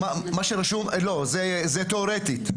זה לא תיאורטי.